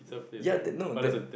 ya that no that